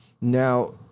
Now